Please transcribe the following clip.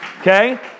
Okay